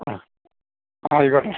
ആ ആയിക്കോട്ടെ